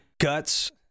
guts